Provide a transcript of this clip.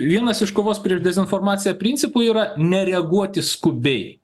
vienas iš kovos prieš dezinformaciją principų yra nereaguoti skubiai